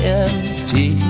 empty